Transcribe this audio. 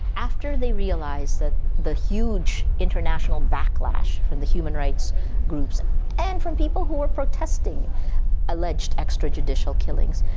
after they realised that the huge international backlash from the human rights groups and from people who were protesting alleged extrajudicial killings,